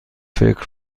فکر